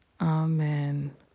Amen